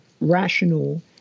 rational